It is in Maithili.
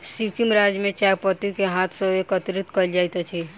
सिक्किम राज्य में चाय पत्ती के हाथ सॅ एकत्रित कयल जाइत अछि